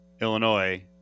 Illinois